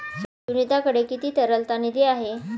सुनीताकडे किती तरलता निधी आहे?